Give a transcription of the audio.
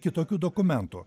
kitokių dokumentų